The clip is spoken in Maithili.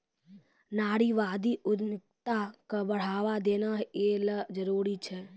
नारीवादी उद्यमिता क बढ़ावा देना यै ल जरूरी छै